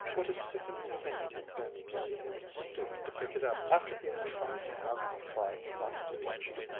what a sickening thing it had been to see him stoop to pick it up after he had tried to have the pride not to touch it.